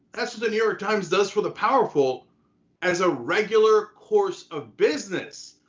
that's what the new york times does for the powerful as a regular course of business.